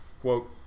Quote